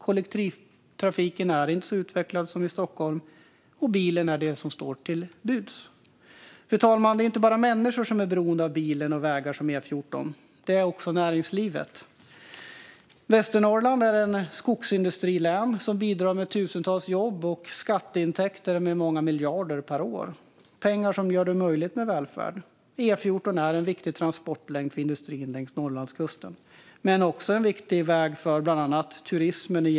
Kollektivtrafiken är inte så utvecklad som i Stockholm. Bilen är det som står till buds. Fru talman! Det är inte bara människor som är beroende av bilen och vägar som E14. Det är också näringslivet. Västernorrland är ett skogsindustrilän som bidrar med tusentals jobb och skatteintäkter på många miljarder per år - det är pengar som gör det möjligt med välfärd.